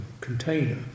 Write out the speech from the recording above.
container